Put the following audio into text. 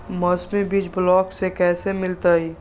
मौसमी बीज ब्लॉक से कैसे मिलताई?